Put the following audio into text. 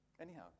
Anyhow